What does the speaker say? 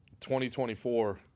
2024